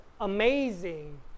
amazing